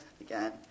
Again